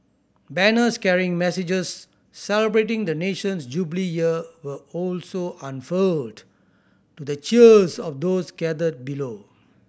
banners carrying messages celebrating the nation's Jubilee Year were also unfurled to the cheers of those gathered below